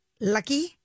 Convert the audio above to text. Lucky